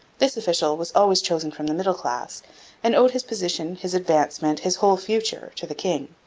this official was always chosen from the middle class and owed his position, his advancement, his whole future, to the king.